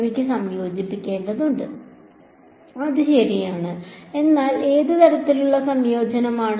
എനിക്ക് സംയോജിപ്പിക്കേണ്ടതുണ്ട് അത് ശരിയാണ് എന്നാൽ ഏത് തരത്തിലുള്ള സംയോജനമാണ്